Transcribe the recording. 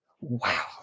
Wow